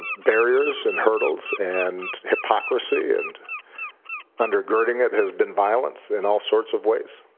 barriers and hurdles and hypocrisy, and undergirding it has been violence in all sorts of ways.